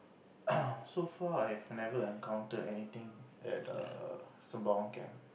so far I have never encountered anything at err Sembawang camp